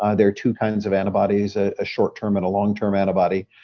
ah there two kinds of antibodies, ah a short term and a long term antibody.